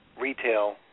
retail